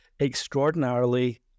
extraordinarily